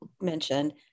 mentioned